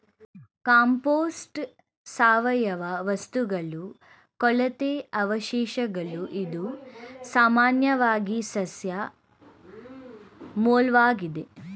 compost ಸಾವಯವ ವಸ್ತುಗಳ ಕೊಳೆತ ಅವಶೇಷಗಳು ಇದು ಸಾಮಾನ್ಯವಾಗಿ ಸಸ್ಯ ಮೂಲ್ವಾಗಿದೆ